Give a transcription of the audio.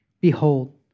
Behold